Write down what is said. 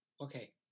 okay